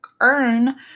earn